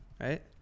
right